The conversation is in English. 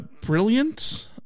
brilliant